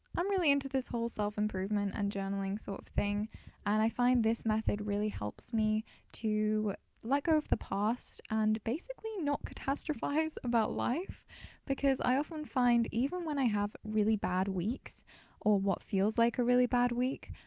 i'm really into this whole self-improvement and journaling sort of thing and i find this method really helps me to let go of the past and basically not catastrophize about life because i often find even when i have really bad weeks or what feels like a really bad week,